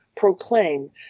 proclaim